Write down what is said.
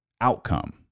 outcome